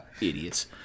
Idiots